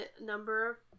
number